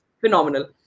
Phenomenal